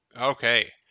Okay